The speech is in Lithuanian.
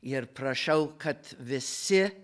ir prašau kad visi